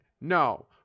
No